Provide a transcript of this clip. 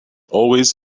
always